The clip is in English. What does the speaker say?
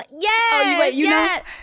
Yes